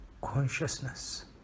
consciousness